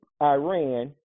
Iran